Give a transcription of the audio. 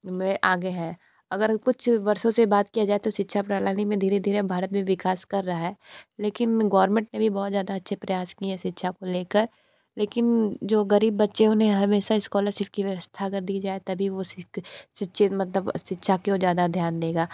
में आगे हैं अगर कुछ वर्षों से बात किया जाए तो शिक्षा प्रणाली में धीरे धीरे भारत भी विकास कर रहा है लेकिन गौरमेट ने भी बहुत ज़्यादा अच्छे प्रयास की है शिक्षाा को ले कर लेकिन जो ग़रीब बच्चे उन्हें हमेशा स्कौलरशिप की व्यवस्था कर दी जाए तभी वो मतलब शिक्षा की ओर ज़्यादा ध्यान देंगे